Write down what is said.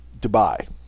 Dubai